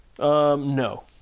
no